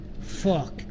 Fuck